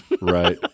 Right